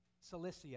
Cilicia